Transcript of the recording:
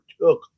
took